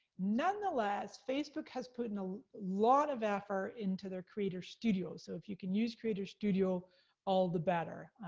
nonetheless, facebook has put in a lot of effort into their creator studio, so if you can use creator studio all the better,